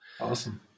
Awesome